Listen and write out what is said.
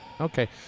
Okay